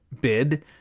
bid